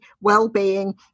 Wellbeing